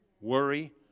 worry